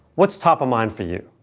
what's top of mind for you?